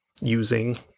using